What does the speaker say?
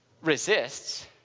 resists